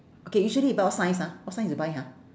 okay usually you buy what size ah what size you buy ha